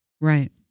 Right